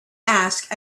ask